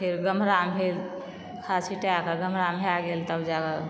फेर गमहरा भेल खाद छींटायक गमहरा भए गेल तब जकए